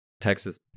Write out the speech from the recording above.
Texas